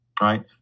right